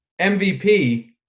MVP